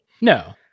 No